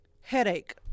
Headache